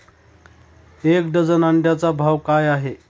एक डझन अंड्यांचा भाव काय आहे?